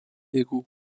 égaux